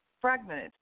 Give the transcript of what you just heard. fragmented